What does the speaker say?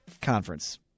conference